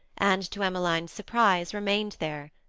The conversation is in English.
and, to emmeline's surprise, remained there.